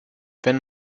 wenn